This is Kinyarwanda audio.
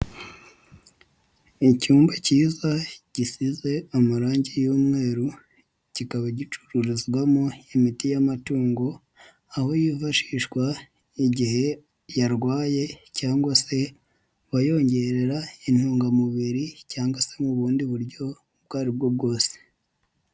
Icyumba cyiza gisize amarangi y'umweru, kikaba gicururizwamo imiti y'amatungo, aho yifashishwa igihe yarwaye cyangwa se wayongerera intungamubiri cyangwa se mu bundi buryo ubwo aribwo bwose.